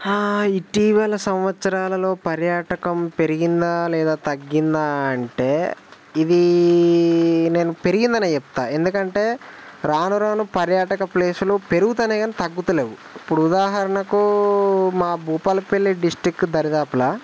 ఇటీవల సంవత్సరాలలో పర్యాటకం పెరిగిందా లేదా తగ్గిందా అంటే ఇదీ నేను పెరిగింది అనే చెప్తా ఎందుకంటే రాను రాను పర్యాటక ప్లేసులు పెరుగుతాన్నాయి కానీ తగ్గడం లేవు ఇప్పుడు ఉదాహరణకు మా భూపాలపల్లి డిస్టిక్ దరిదాపుల